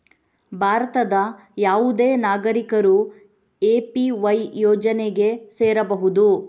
ಭಾರತದ ಯಾವುದೇ ನಾಗರಿಕರು ಎ.ಪಿ.ವೈ ಯೋಜನೆಗೆ ಸೇರಬಹುದು